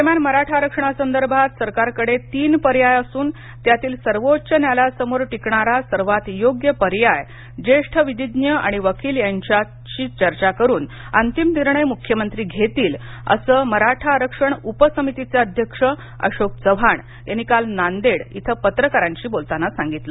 दरम्यान मराठा आरक्षणा संदर्भात सरकारकडे तीन पर्याय असून त्यातील सर्वोच्च न्यायालयासमोर टीकणारा सर्वात योग्य पर्याय जेष्ठ विधिज्ञ आणि वकील यांच्याशी चर्चा करून अंतिम निर्णय मृख्यमंत्री घेतील असं मराठा आरक्षण उपसमितीचे अध्यक्ष अशोक चव्हाण यांनी काल नांदेड इथं पत्रकारांशी बोलताना सांगितलं